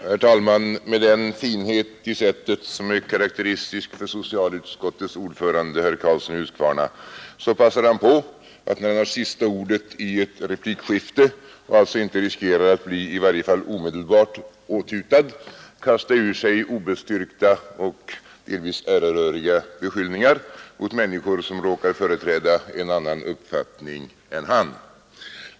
Herr talman! Med den finhet i sättet som är karakteristisk för socialutskottets ordförande, herr Karlsson i Huskvarna, passade han på när han hade sista ordet i ett replikskifte och alltså inte riskerade att bli i varje fall omedelbart åthutad att kasta ur sig obestyrkta och delvis äreröriga beskyllningar mot människor som råkar företräda en annan uppfattning än han.